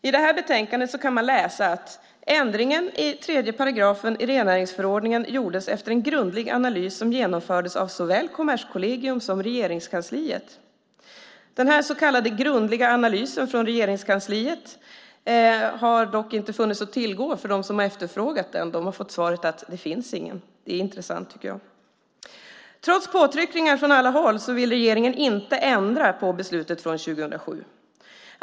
I det här betänkandet kan man läsa: "Ändringen i 3 § rennäringsförordningen skedde efter en grundlig analys som utfördes av såväl Kommerskollegium som Regeringskansliet .." Denna så kallade grundliga analys från Regeringskansliet har dock inte funnits att tillgå för dem som har efterfrågat den. De har fått svaret att den inte finns. Det är intressant, tycker jag. Trots påtryckningar från alla håll vill regeringen inte ändra på beslutet från 2007.